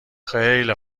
خیلی